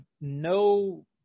no